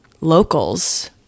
locals